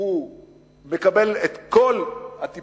הוא מקבל את כל הטיפול,